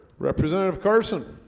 representative carson